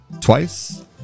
twice